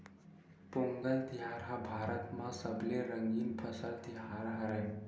पोंगल तिहार ह भारत म सबले रंगीन फसल तिहार हरय